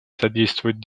содействовать